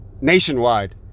nationwide